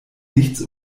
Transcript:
nichts